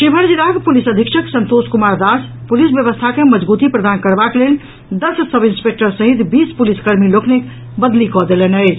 शिवहर जिलाक पुलिस अधीक्षक संतोष कुमार दास पुलिस व्यवस्था के मजगूती प्रदान करबाक लेल दस सब इंस्पेक्टर सहित बीस पुलिस कर्मी लोकनिक बदली कऽ देलनि अछि